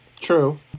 True